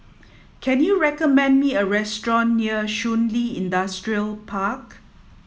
can you recommend me a restaurant near Shun Li Industrial Park